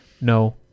no